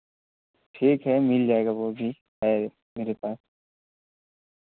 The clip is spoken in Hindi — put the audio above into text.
ठीक है मिल जाएगा वोह भी है मेरे पास